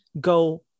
go